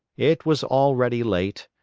it was already late,